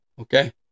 okay